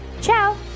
ciao